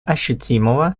ощутимого